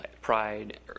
pride